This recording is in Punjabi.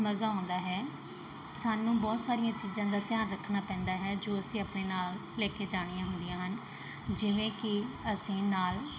ਮਜ਼ਾ ਆਉਂਦਾ ਹੈ ਸਾਨੂੰ ਬਹੁਤ ਸਾਰੀਆਂ ਚੀਜ਼ਾਂ ਦਾ ਧਿਆਨ ਰੱਖਣਾ ਪੈਂਦਾ ਹੈ ਜੋ ਅਸੀਂ ਆਪਣੇ ਨਾਲ ਲੈ ਕੇ ਜਾਣੀਆਂ ਹੁੰਦੀਆਂ ਹਨ ਜਿਵੇਂ ਕਿ ਅਸੀਂ ਨਾਲ